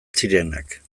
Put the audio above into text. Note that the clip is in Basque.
zirenak